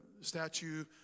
statue